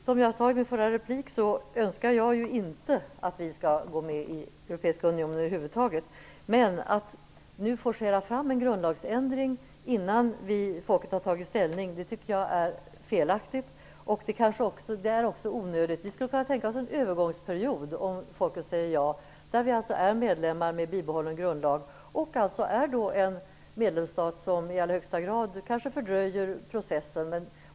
Som jag sade i min förra replik önskar jag ju att Sverige över huvud taget inte skall gå med i Europeiska unionen, men att nu forcera fram en grundlagsändring innan folket tagit ställning tycker jag är felaktigt och kanske också onödigt. Vi skulle kunna tänka oss en övergångsperiod, om folket säger ja, där vi alltså är medlemmar men med bibehållen grundlag. Då blir vi en medlemsstat som i allra högsta grad fördröjer processen.